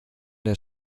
der